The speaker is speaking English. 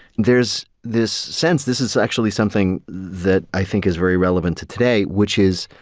there's this sense, this is actually something that i think is very relevant to today, which is.